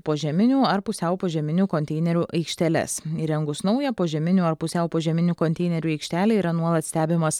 požeminių ar pusiau požeminių konteinerių aikšteles įrengus naują požeminių ar pusiau požeminių konteinerių aikštelę yra nuolat stebimas